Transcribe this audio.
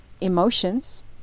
emotions